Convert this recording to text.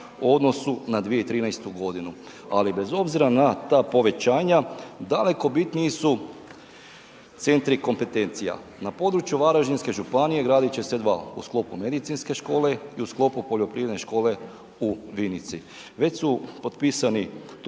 na 2013. godinu, ali bez obzira na ta povećanja daleko bitniji su centri kompetencija. Na području Varaždinske županije gradit će se dva. U sklopu medicinske škole i u sklopu poljoprivredne škole u Vinici. Već su potpisani